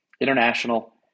international